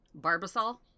Barbasol